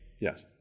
Yes